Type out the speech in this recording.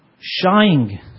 shying